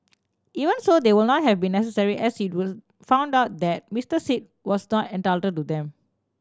even so they would not have been necessary as it was found out that Mister Sit was not entitled to them